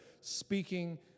speaking